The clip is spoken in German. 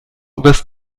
übers